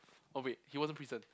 oh wait it wasn't prison